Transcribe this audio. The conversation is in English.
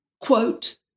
quote